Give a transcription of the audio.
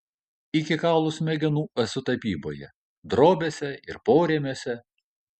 iki kaulų smegenų esu tapyboje drobėse ir porėmiuose